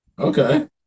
Okay